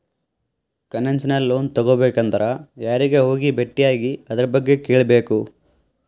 Concessional loan ತಗೊಬೇಕಂದ್ರ ಯಾರಿಗೆ ಹೋಗಿ ಬೆಟ್ಟಿಯಾಗಿ ಅದರ್ಬಗ್ಗೆ ಕೇಳ್ಬೇಕು?